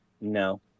No